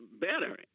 better